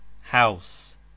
House